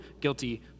guilty